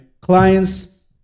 clients